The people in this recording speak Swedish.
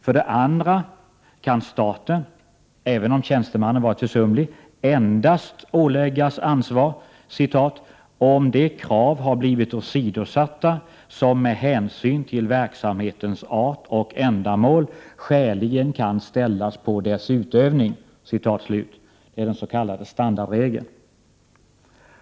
För det andra kan staten — även om tjänstemannen varit försumlig — endast åläggas ansvar ”om de krav har blivit åsidosatta som med hänsyn till verksamhetens art och ändamål skäligen kan ställas på dess utövning”. Det är den s.k. standardregeln.